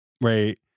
right